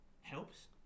helps